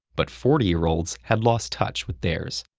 but forty year olds had lost touch with theirs.